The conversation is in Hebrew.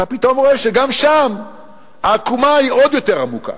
אתה פתאום רואה שגם שם העקומה היא עוד יותר עמוקה.